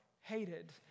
hated